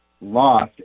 lost